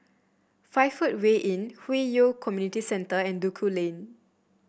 Five Footway Inn Hwi Yoh Community Centre and Duku Lane